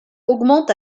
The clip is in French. augmente